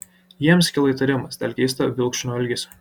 jiems kilo įtarimas dėl keisto vilkšunio elgesio